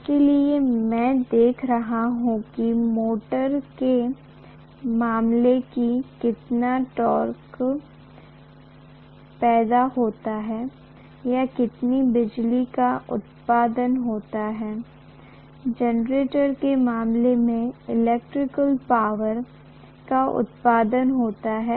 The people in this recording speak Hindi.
इसलिए मैं देख रहा हूं कि मोटर के मामले में कितना टॉर्क पैदा होता है या कितनी बिजली का उत्पादन होता है जनरेटर के मामले में इलेक्ट्रिकल पावर का उत्पादन होता है